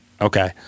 Okay